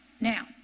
Now